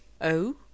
Oh